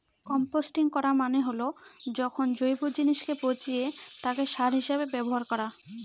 composting করা মানে হল যখন জৈব জিনিসকে পচিয়ে তাকে সার হিসেবে ব্যবহার করা